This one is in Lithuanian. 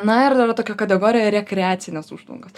na ir dar yra tokia kategorija rekreacinės užtvankos